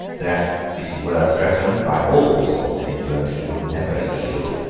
that if he were threatened by all the swords in england, he would never yield.